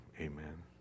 amen